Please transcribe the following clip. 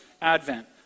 advent